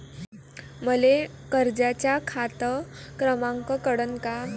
मले कर्जाचा खात क्रमांक कळन का?